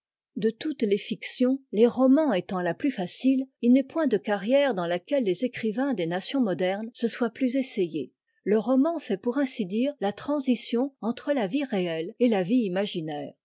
de toutes tes notions les romans étant la plus facite h n'est point de carrière dans laquelle les écrivains des nations modernes se soient plus essayés le roman fait pour ainsi dire la transi tion entre la vie réelle et la vie imaginaire